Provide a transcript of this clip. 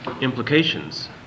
implications